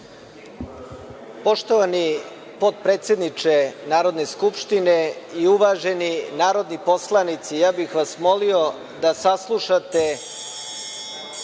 Poštovani potpredsedniče Narodne skupštine i uvaženi narodni poslanici, molio bih vas da saslušate